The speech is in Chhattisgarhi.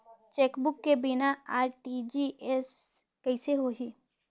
चेकबुक के बिना आर.टी.जी.एस कइसे होही?